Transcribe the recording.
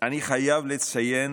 אני חייב לציין